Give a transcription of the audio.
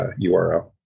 URL